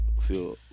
feel